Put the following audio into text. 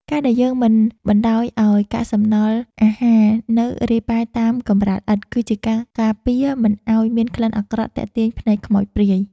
ការដែលយើងមិនបណ្តោយឱ្យកាកសំណល់អាហារនៅរាយប៉ាយតាមកម្រាលឥដ្ឋ គឺជាការការពារមិនឱ្យមានក្លិនអាក្រក់ទាក់ទាញភ្នែកខ្មោចព្រាយ។